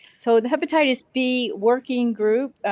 so, the hepatitis b working group